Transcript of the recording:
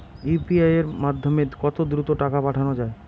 UPI এর মাধ্যমে কত দ্রুত টাকা পাঠানো যায়?